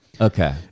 Okay